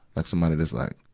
like somebody that's like,